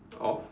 of